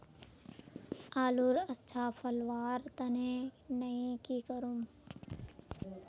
आलूर अच्छा फलवार तने नई की करूम?